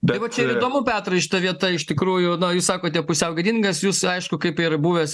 tai va čia ir įdomu petrai šita vieta iš tikrųjų na jūs sakote pusiau gėdingas jūs aišku kaip ir buvęs